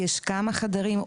יש כמה חדרים,